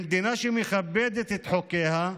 במדינה שמכבדת את חוקיה,